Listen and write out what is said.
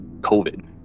COVID